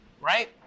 Right